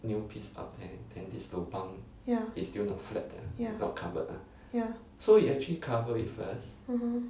ya ya ya (uh huh)